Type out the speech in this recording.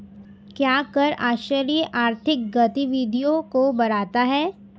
क्या कर आश्रय आर्थिक गतिविधियों को बढ़ाता है?